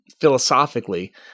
philosophically